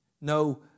No